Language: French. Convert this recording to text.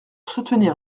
soutenir